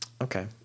Okay